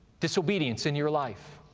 disobedience in your life?